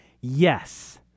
yes